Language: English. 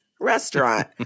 Restaurant